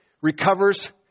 recovers